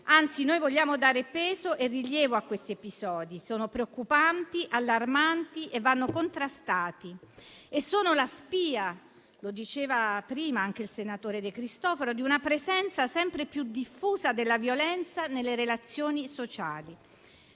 Anzi, noi vogliamo dare peso e rilievo a questi episodi: sono preoccupanti, allarmanti e vanno contrastati. Essi sono la spia - lo diceva prima il senatore De Cristofaro - di una presenza sempre più diffusa della violenza nelle relazioni sociali